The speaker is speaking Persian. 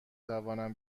توانم